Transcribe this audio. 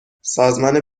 سازمان